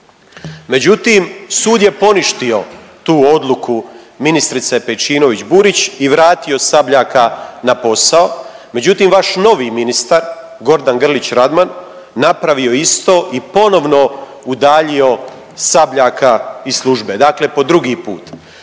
Međutim, sud je poništio tu odluku ministrice Pejčinović Burić i vratio Sabljaka na posao, međutim, vaš novi ministar Gordan Grlić Radman, napravio je isto i ponovno udaljio Sabljaka iz službe, dakle po drugi put.